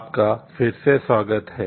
आपका फिरसे स्वागत हे